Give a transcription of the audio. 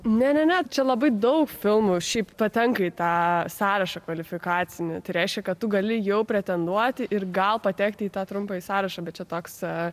ne ne ne čia labai daug filmų šiaip patenka į tą sąrašą kvalifikacinį tai reiškia kad tu gali jau pretenduoti ir gal patekti į tą trumpąjį sąrašą bet čia toks